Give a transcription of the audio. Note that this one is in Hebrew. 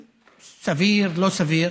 סביר, לא סביר,